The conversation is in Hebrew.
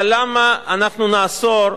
אבל למה אנחנו נאסור,